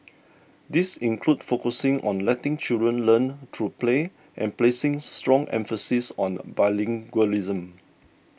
these include focusing on letting children learn through play and placing strong emphasis on bilingualism